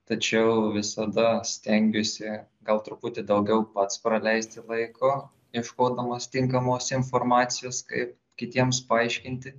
tačiau visada stengiuosi gal truputį daugiau pats praleisti laiko ieškodamas tinkamos informacijos kaip kitiems paaiškinti